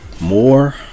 more